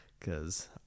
cause